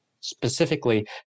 Specifically